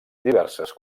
diverses